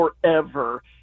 forever